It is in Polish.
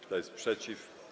Kto jest przeciw?